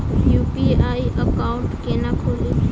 UPI account केना खोलि?